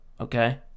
okay